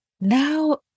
Now